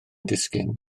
disgyn